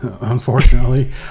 unfortunately